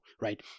right